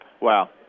Wow